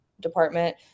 department